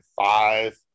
five